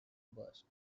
burst